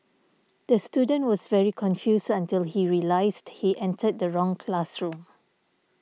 the student was very confused until he realised he entered the wrong classroom